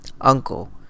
uncle